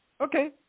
Okay